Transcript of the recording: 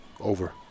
Over